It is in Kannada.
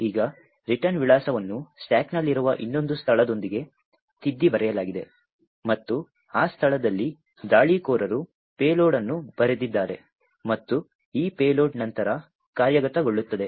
ಈಗ ರಿಟರ್ನ್ ವಿಳಾಸವನ್ನು ಸ್ಟಾಕ್ನಲ್ಲಿರುವ ಇನ್ನೊಂದು ಸ್ಥಳದೊಂದಿಗೆ ತಿದ್ದಿ ಬರೆಯಲಾಗಿದೆ ಮತ್ತು ಆ ಸ್ಥಳದಲ್ಲಿ ದಾಳಿಕೋರರು ಪೇಲೋಡ್ ಅನ್ನು ಬರೆದಿದ್ದಾರೆ ಮತ್ತು ಈ ಪೇಲೋಡ್ ನಂತರ ಕಾರ್ಯಗತಗೊಳ್ಳುತ್ತದೆ